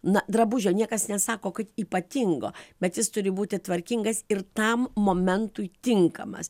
na drabužio niekas nesako kad ypatingo bet jis turi būti tvarkingas ir tam momentui tinkamas